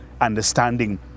understanding